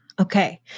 Okay